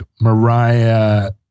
Mariah